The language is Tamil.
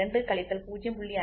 2 கழித்தல் 0